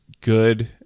good